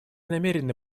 намерены